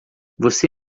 você